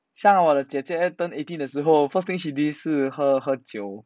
像我的姐姐 turn eighteen 的时候 first thing she did 是是喝酒